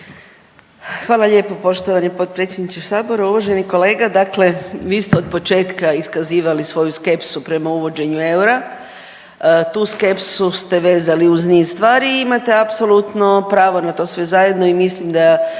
Hvala lijepo poštovani potpredsjedniče sabora. Uvaženi kolega, dakle vi ste od početka iskazivali svoju skepsu prema uvođenju eura, tu skepsu ste vezali uz niz stvari i imate apsolutno pravo na to sve zajedno i mislim da